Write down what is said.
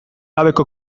gabeko